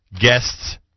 guests